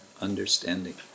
understanding